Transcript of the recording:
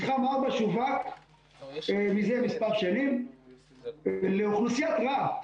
מתחם 4 שווק זה מספר שנים לאוכלוסיית רהט.